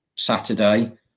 Saturday